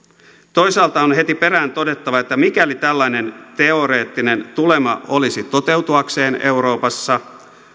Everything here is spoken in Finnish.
toisaalta on heti perään todettava että mikäli tällainen teoreettinen tulema olisi toteutuakseen euroopassa